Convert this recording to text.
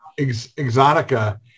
Exotica